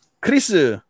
Chris